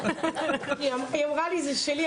היא אמרה לי זה שלי,